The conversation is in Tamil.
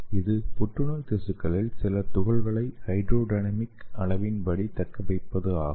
இது புற்றுநோய் திசுக்களில் சில துகள்களை ஹைட்ரோடினமிக் அளவின்படி தக்கவைப்பது ஆகும்